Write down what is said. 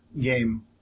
game